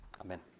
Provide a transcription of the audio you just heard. Amen